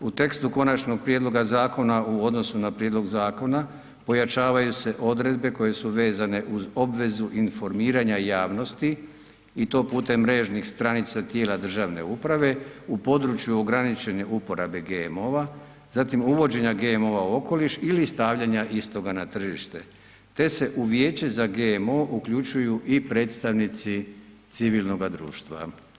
U tekstu Konačnog prijedloga zakona u odnosu na prijedlog zakona pojačavaju se odredbe koje su vezane uz obvezu informiranja javnosti i to putem mrežnih stranica tijela državne uprave u području ograničene uporabe GMO-a, zatim uvođenja GMO-a u okoliš ili stavljanja istoga na tržište, te se u Vijeće za GMO uključuju i predstavnici civilnoga društva.